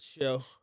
show